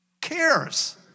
Cares